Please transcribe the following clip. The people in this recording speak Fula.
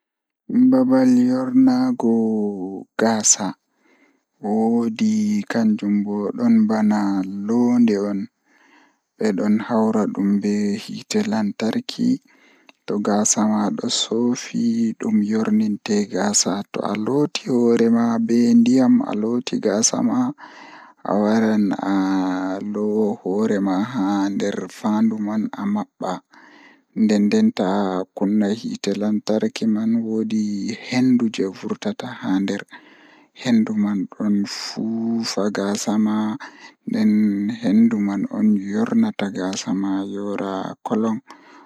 Máyusinii vaccum ɗum ɗum waɗata tuɓɓaade coofe e pellel kadi jaawnde. Ko ɗum waɗata ngam maɓɓe ɗaɓɓude e ɗum, waɗtiɗa seeda ngal. O tuɓɓata coofe ɗum moƴƴo ngam pellel ngii e.